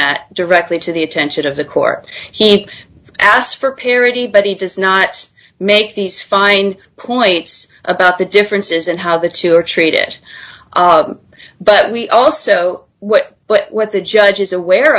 that directly to the attention of the court he asked for parity but he does not make these fine points about the differences in how the two are treated but we also what what the judge is aware